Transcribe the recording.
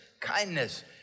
kindness